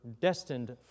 destined